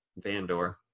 Vandor